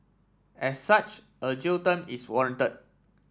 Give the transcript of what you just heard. as such a jail term is warranted